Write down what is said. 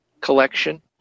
collection